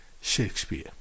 shakespeare